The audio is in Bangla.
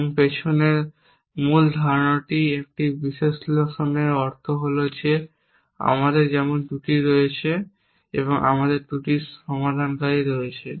এবং পিছনের মূল ধারণাটি একটি বিশ্লেষণের অর্থ হল যে আমাদের যেমন ত্রুটি রয়েছে এবং আমাদের ত্রুটির সমাধানকারী রয়েছে